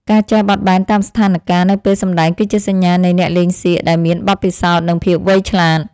ការចេះបត់បែនតាមស្ថានការណ៍នៅពេលសម្តែងគឺជាសញ្ញានៃអ្នកលេងសៀកដែលមានបទពិសោធន៍ និង ភាពវៃឆ្លាត។